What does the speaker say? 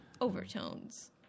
Overtones